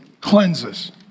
cleanses